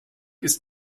ist